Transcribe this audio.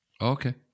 Okay